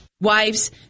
Wives